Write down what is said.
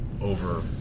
over